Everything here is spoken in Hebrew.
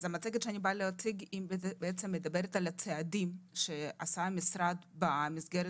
המצגת שאציג מדברת על הצעדים שעשה המשרד במסגרת